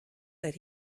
that